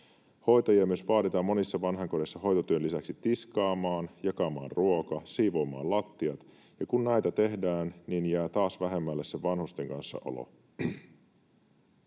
Hoitajia myös vaaditaan monissa vanhainkodeissa hoitotyön lisäksi tiskaamaan, jakamaan ruokaa, siivoamaan lattiat, ja kun näitä tehdään, niin jää taas vähemmälle se vanhusten kanssa olo.